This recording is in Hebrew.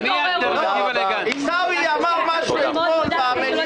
מיקי, ------ עיסאווי, רגע.